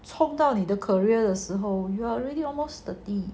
冲到底都 career 的时候 you already almost thirty